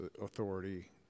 authority